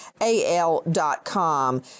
AL.com